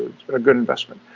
it's been a good investment,